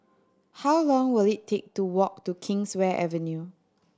how long will it take to walk to Kingswear Avenue